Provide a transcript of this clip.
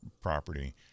property